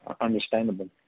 understandable